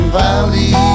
valley